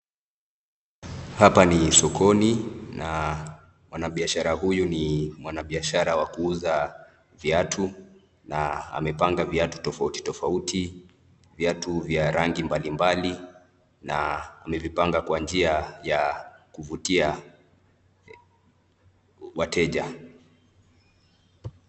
Hapa ni sokoni na mwanabiashara huyu ni mwanabiashara wa kuuza viatu, na amepanga viatu tofauti tofauti, viatu vya rangi mbalimbali, na amaevipanga kwa njia ya kuvutia wateja.